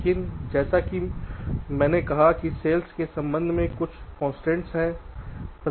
लेकिन जैसा कि मैंने कहा कि सेल्स के संबंध में कुछ कंस्ट्रेंट्स हैं